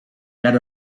had